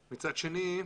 מצד שני,